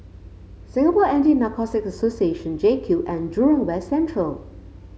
Singapore Anti Narcotics Association JCube and Jurong West Central